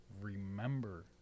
remember